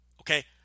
Okay